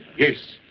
yes.